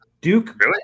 Duke